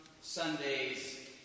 Sundays